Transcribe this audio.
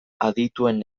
adituen